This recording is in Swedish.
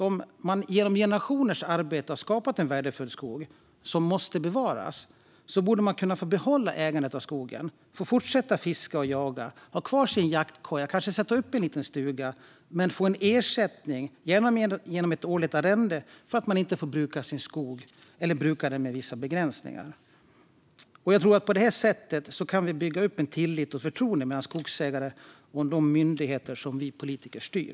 Om man genom generationers arbete har skapat en värdefull skog som måste bevaras borde man därför kunna få behålla ägandet av skogen, fortsätta fiska och jaga och ha kvar sin jaktkoja eller kanske sätta upp en liten stuga men få en ersättning, gärna genom ett årligt arrende, för att man inte får bruka sin skog eller brukar den med vissa begränsningar. Jag tror att vi på detta sätt kan bygga upp en tillit och ett förtroende mellan skogsägare och de myndigheter som vi politiker styr.